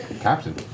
Captain